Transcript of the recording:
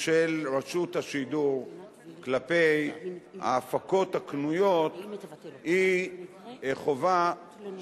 של רשות השידור כלפי ההפקות הקנויות היא חובה